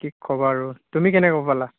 কি ক'বা আৰু তুমি কেনেকৈ পালা